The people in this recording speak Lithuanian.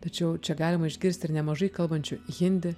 tačiau čia galima išgirsti ir nemažai kalbančių hindi